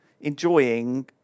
enjoying